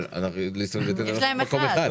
אבל יש מקום אחד.